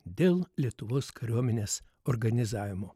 dėl lietuvos kariuomenės organizavimo